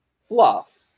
fluff